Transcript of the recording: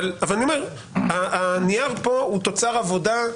אבל אני אומר שהנייר כאן הוא תוצר עבודה.